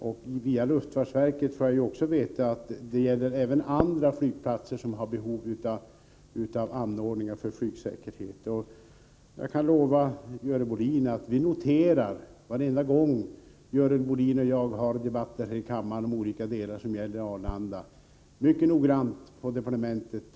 Av luftfartsverket har jag fått veta att även andra flygplatser har behov av säkerhetsanordningar. Jag kan försäkra Görel Bohlin att vi i departementet efter varje debatt jag har med Görel Bohlin om Arlanda mycket noggrant noterar dessa redovisningar.